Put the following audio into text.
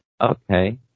Okay